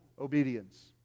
Obedience